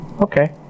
Okay